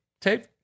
Tape